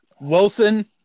Wilson